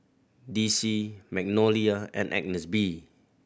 D C Magnolia and Agnes B